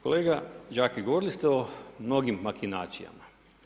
Kolega Đakić, govorili ste o mnogim maginacijama.